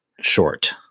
short